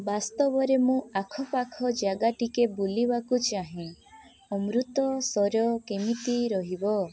ବାସ୍ତବରେ ମୁଁ ଆଖପାଖ ଜାଗା ଟିକେ ବୁଲିବାକୁ ଚାହେଁ ଅମୃତସର କେମିତି ରହିବ